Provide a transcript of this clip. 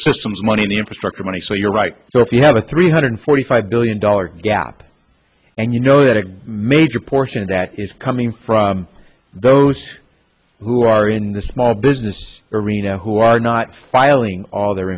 systems money in the infrastructure money so you're right so if you have a three hundred forty five billion dollars gap and you know that a major portion of that is coming from those who are in the small business arena who are not filing all their